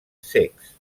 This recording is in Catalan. cecs